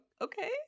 okay